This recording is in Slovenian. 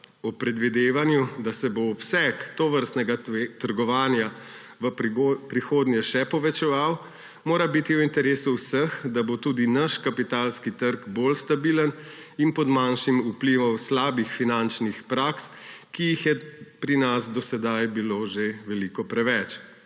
Ob predvidevanju, da se bo obseg tovrstnega trgovanja v prihodnje še povečeval, mora biti v interesu vseh, da bo tudi naš kapitalski trg bolj stabilen in pod manjšim vplivom slabih finančnih praks, ki jih je pri nas do sedaj bilo že veliko preveč.